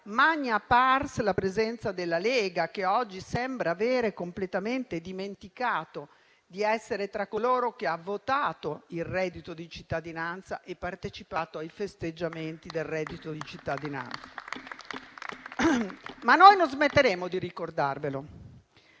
*magna pars* la presenza della Lega, che oggi sembra avere completamente dimenticato di essere tra coloro che hanno votato il reddito di cittadinanza e partecipato ai festeggiamenti per la sua approvazione. Noi non smetteremo però di ricordarvelo,